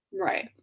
Right